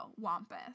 wampus